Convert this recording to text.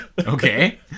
Okay